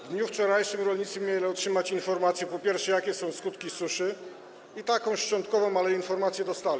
W dniu wczorajszym rolnicy mieli otrzymać informację, po pierwsze, jakie są skutki suszy, i taką szczątkową, ale informację dostali.